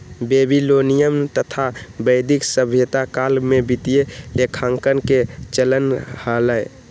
Babylonian तथा वैदिक सभ्यता काल में वित्तीय लेखांकन के चलन हलय